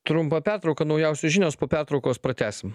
trumpą pertrauką naujausios žinios po pertraukos pratęsim